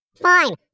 Fine